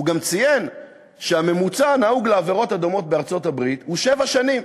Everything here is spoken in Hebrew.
הוא גם ציין שהממוצע הנהוג לעבירות דומות בארצות-הברית הוא שבע שנים.